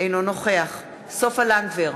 אינו נוכח סופה לנדבר,